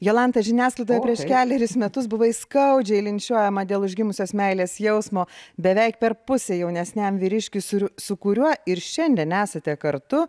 jolanta žiniasklaidoje prieš kelerius metus buvai skaudžiai linčiuojamą dėl užgimusios meilės jausmo beveik per pusę jaunesniam vyriškiui suriu su kuriuo ir šiandien nesate kartu